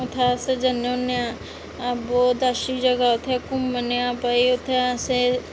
उत्थै अस जन्ने होन्ने बहुत अच्छी जगह उत्थै घुम्मने गी भाई उत्थै असेंई